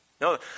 No